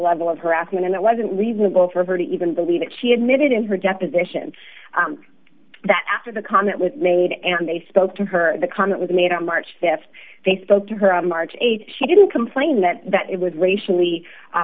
level of harassment and it wasn't reasonable for her to even believe that she admitted in her deposition that after the comment was made and they spoke to her the comment was made on march th they spoke to her on march th she didn't complain that that it was racially